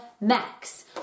max